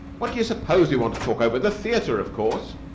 what do you suppose we want to talk over? the theater, of course.